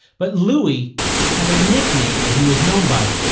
but louis had a nickname that he was known by,